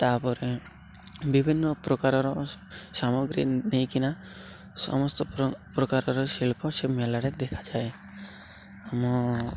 ତା'ପରେ ବିଭିନ୍ନ ପ୍ରକାରର ସାମଗ୍ରୀ ନେଇକିନା ସମସ୍ତ ପ୍ରକାରର ଶିଳ୍ପ ସେ ମେଳାରେ ଦେଖାଯାଏ ଆମ